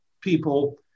people